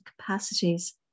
capacities